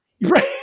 Right